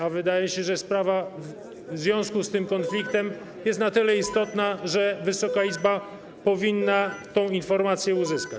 A wydaje się, że sprawa w związku z tym konfliktem jest na tyle istotna, że Wysoka Izba powinna tę informację uzyskać.